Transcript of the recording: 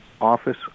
office